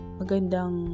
magandang